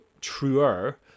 truer